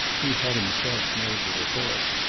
he had himself made the report.